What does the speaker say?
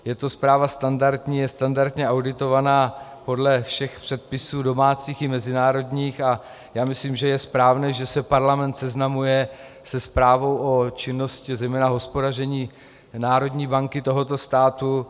Je to zpráva standardní, je standardně auditovaná podle všech předpisů, domácích i mezinárodních, a já myslím, že je správné, že se parlament seznamuje se zprávou o činnosti, zejména hospodaření, národní banky tohoto státu.